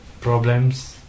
problems